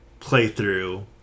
playthrough